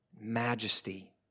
majesty